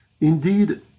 Indeed